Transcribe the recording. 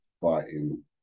fighting